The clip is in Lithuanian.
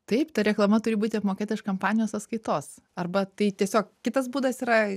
taip ta reklama turi būti apmokėta iš kampanijos sąskaitos arba tai tiesiog kitas būdas yra